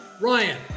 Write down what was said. Ryan